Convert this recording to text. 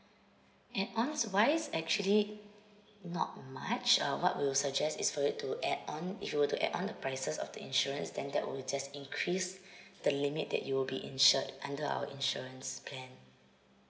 and honest wise actually not much uh what we'll suggest is for you to add on if you were to add on the prices of the insurance then that will just increase the limit that you'll be insured under our insurance plan